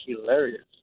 hilarious